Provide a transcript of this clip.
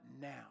now